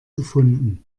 gefunden